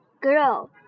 girl